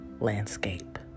landscape